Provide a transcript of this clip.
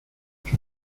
sus